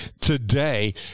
today